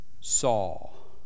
Saul